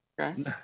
Okay